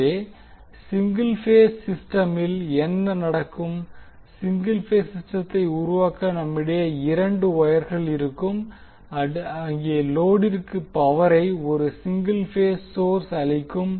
எனவே single phase சிஸ்டமில் என்ன நடக்கும் சிங்கிள் பேஸ் சிஸ்டத்தை உருவாக்க நம்மிடையே இரண்டு வொயர்கள் இருக்கும் அங்கே லோடிற்கு பவரை ஒரு சிங்கிள் பேஸ் சோர்ஸ் அளிக்கும்